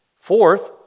Fourth